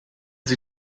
sie